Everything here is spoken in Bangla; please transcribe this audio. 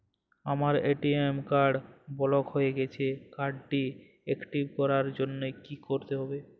আমার এ.টি.এম কার্ড ব্লক হয়ে গেছে কার্ড টি একটিভ করার জন্যে কি করতে হবে?